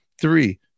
Three